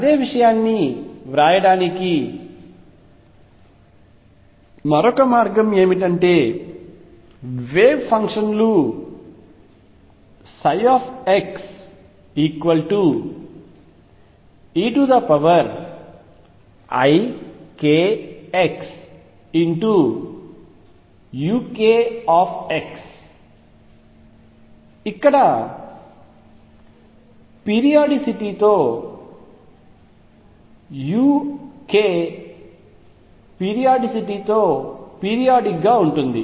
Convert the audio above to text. అదే విషయాన్ని వ్రాయడానికి మరొక మార్గం ఏమిటంటే వేవ్ ఫంక్షన్ లుxeikxuk ఇక్కడ uk పీరియాడిసిటీ తో పీరియాడిక్ గా ఉంటుంది